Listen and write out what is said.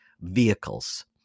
vehicles